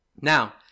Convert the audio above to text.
Now